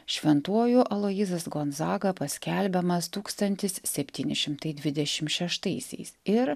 šventuoju aloyzas gonzaka paskelbiamas tūkstantis septyni šimtai dvidešim šeštaisiais ir